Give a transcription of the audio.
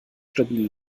stabil